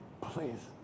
please